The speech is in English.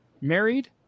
married